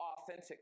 authentic